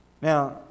Now